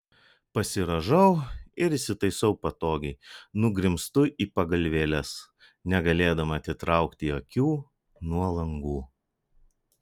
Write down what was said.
pasirąžau ir įsitaisau patogiai nugrimztu į pagalvėles negalėdama atitraukti akių nuo langų